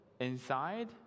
inside